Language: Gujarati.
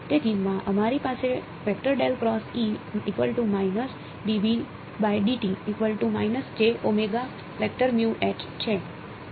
તેથી અમારી પાસે છે તે મારા મેક્સવેલ ઇકવેશન છે